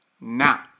now